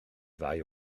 ddau